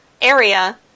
area